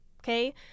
Okay